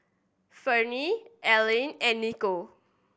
Ferne Alleen and Nicole